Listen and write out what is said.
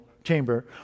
chamber